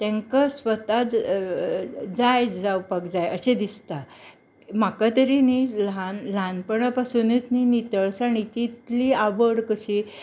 तेंका स्वता जाय जावपाक जाय अशें दिसता म्हाका तरी न्ही ल्हान ल्हानपणा पासूनच न्ही नितळसाणीची इतली आवड कशी